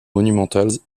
monumentales